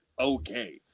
okay